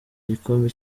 igikombe